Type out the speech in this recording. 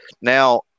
Now